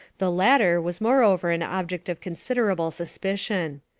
the latter was moreover an object of considerable suspicion.